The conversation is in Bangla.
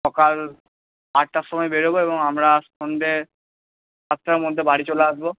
সকাল আটটার সময় বেরোব এবং আমরা সন্ধ্যে সাতটার মধ্যে বাড়ি চলে আসব